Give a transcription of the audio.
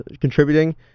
contributing